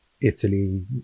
italy